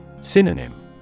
Synonym